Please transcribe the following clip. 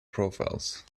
profiles